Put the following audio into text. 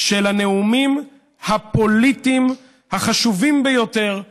של הנאומים הפוליטיים החשובים ביותר,